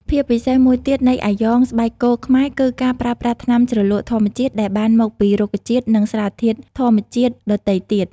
ភាពពិសេសមួយទៀតនៃអាយ៉ងស្បែកគោខ្មែរគឺការប្រើប្រាស់ថ្នាំជ្រលក់ធម្មជាតិដែលបានមកពីរុក្ខជាតិនិងសារធាតុធម្មជាតិដទៃទៀត។